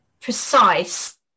precise